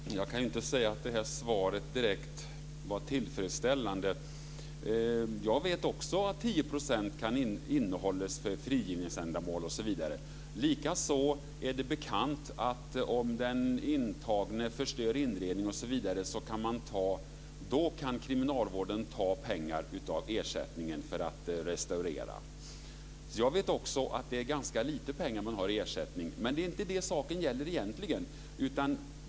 Fru talman! Jag kan inte säga att svaret var direkt tillfredsställande. Jag vet också att 10 % kan innehållas för frigivningsändamål osv. Det är även bekant att om den intagne förstör inredning osv. kan kriminalvården ta pengar från ersättningen för att restaurera. Jag vet också att det är ganska lite pengar man har i ersättning. Men det är inte det saken egentligen gäller.